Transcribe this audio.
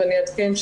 ואני אעדכן,